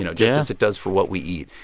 you know just as it does for what we eat.